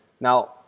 Now